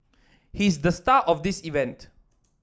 he's the star of this event